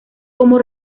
como